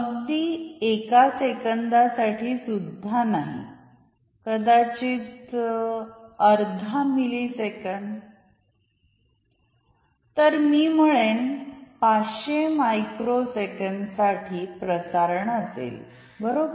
अगदी एका सेकंदासाठी सुद्धा नाही कदाचित अर्धा मिली सेकंद तर मी म्हणेन 500 मायक्रो सेकंद साठी प्रसारण असेल बरोबर